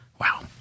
Wow